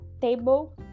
table